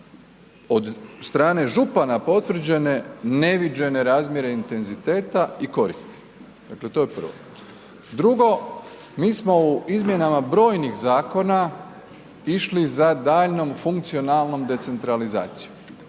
od strane župana potvrđene neviđene razmjere intenziteta i koristi, dakle to je prvo. Drugo, mi smo u izmjenama brojnih zakona išli za daljnjom funkcionalnom decentralizacijom.